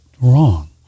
wrong